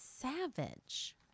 savage